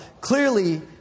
clearly